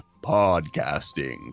podcasting